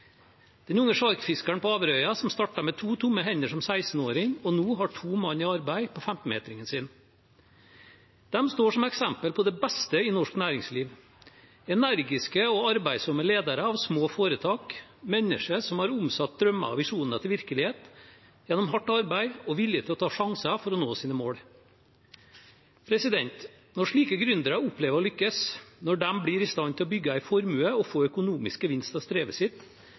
den unge sjarkfiskeren på Averøy, som startet med to tomme hender som 16-åring, og som nå har to mann i arbeid på 15-metringen sin. De står som eksempler på det beste i norsk næringsliv: energiske og arbeidsomme ledere av små foretak – mennesker som har omsatt drømmer og visjoner til virkelighet gjennom hardt arbeid og vilje til å ta sjanser for å nå sine mål. Når slike gründere opplever å lykkes, når de blir i stand til å bygge en formue og få økonomisk gevinst av strevet sitt,